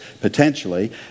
potentially